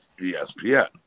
ESPN